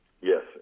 yes